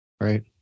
Right